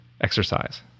exercise